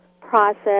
process